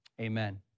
amen